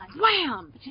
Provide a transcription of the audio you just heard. wham